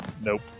Nope